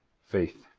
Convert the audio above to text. faith,